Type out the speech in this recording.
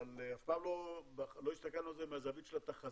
אבל אף פעם לא הסתכלנו על זה מהזווית של התחזית.